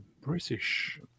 British